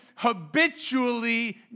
habitually